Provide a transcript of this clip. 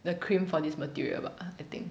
the cream for this material bah I think